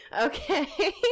okay